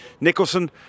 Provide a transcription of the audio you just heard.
Nicholson